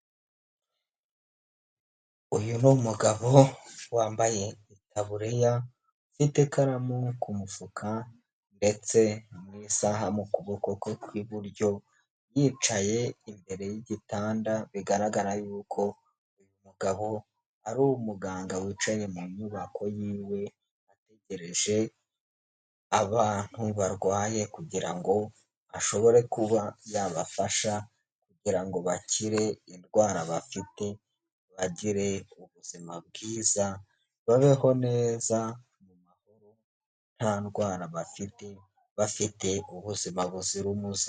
Uyu ni mugabo wambaye itaburiya ufite ikaramu ku mufuka ndetse n'isaha mu kuboko kwe kw'iburyo, yicaye imbere y'igitanda bigaragara y'uko uyu mugabo ari umuganga wicaye mu nyubako yiwe ategereje abantu barwaye kugira ngo ashobore kuba yabafasha kugira ngo bakire indwara bafite bagire ubuzima bwiza babeho neza nta ndwara bafite ubuzima buzira umuze.